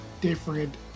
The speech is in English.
different